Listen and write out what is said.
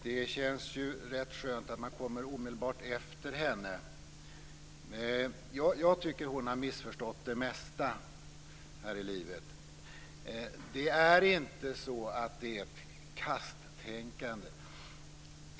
Det känns rätt skönt att komma omedelbart efter henne på talarlistan. Jag tycker att hon har missförstått det mesta här i livet. Det är inte fråga om något kasttänkande.